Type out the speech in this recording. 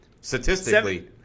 statistically